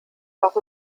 auch